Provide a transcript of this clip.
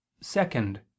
second